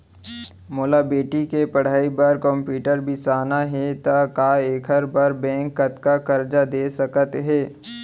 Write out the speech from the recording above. मोला बेटी के पढ़ई बार कम्प्यूटर बिसाना हे त का एखर बर बैंक कतका करजा दे सकत हे?